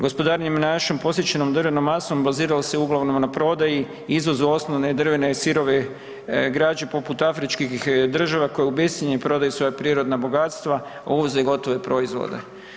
Gospodarenje našom posječenom drvenom masom baziralo se uglavnom na prodaji, izvozu osnovne i drvene i sirove građe poput afričkih država koje u bescjenje prodaju svoja prirodna bogatstva, a uvoze gotove proizvode.